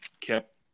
kept